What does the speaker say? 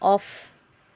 off